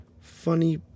funny